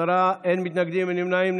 הגנה על חושפי שחיתויות במשטרת ישראל),